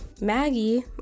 maggie